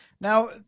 Now